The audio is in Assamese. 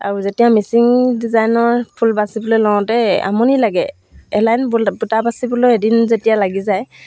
আৰু যেতিয়া মিচিং ডিজাইনৰ ফুল বাচিবলৈ লওঁতে আমনি লাগে এলাইন বুল বুটা বাচিবলৈ এদিন যেতিয়া লাগি যায়